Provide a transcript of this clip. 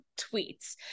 tweets